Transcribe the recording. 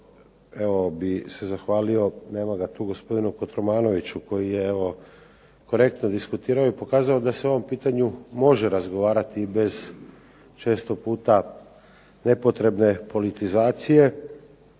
bih zahvalio, nema ga tu, gospodinu Kotromanoviću koji je korektno diskutirao i pokazao da se o ovom pitanju može razgovarati bez često puta nepotrebne politizacije